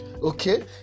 okay